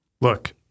Look